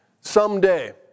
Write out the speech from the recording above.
someday